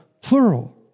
plural